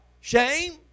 Shame